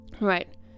Right